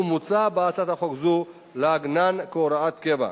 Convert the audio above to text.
ומוצע בהצעת חוק זו לעגנן כהוראת קבע.